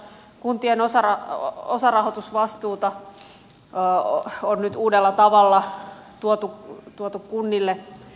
kuntien osarahoitusvastuuta on nyt uudella tavalla tuotu kunnille